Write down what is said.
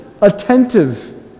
attentive